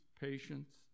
patience